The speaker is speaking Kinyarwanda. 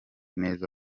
neza